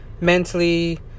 mentally